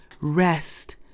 rest